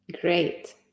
Great